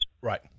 right